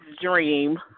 dream